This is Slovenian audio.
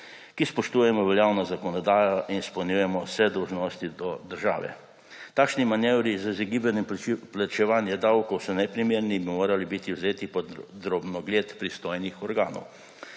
ki spoštujemo veljavno zakonodajo in izpolnjujemo vse dolžnosti do države. Takšni manevri z izogibanjem plačevanja davkov so neprimerni in bi morali biti vzeti pod drobnogled pristojnih organov.